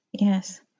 Yes